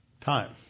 Time